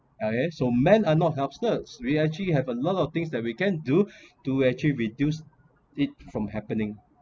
okay so man are not helpless we actually have a lot of things that we can do to actually reduce it from happening